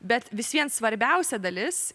bet vis vien svarbiausia dalis